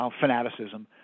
fanaticism